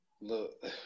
Look